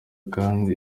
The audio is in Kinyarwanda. kandi